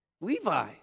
Levi